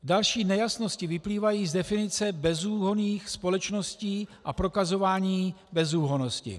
Další nejasnosti vyplývají z definice bezúhonných společností a prokazování bezúhonnosti.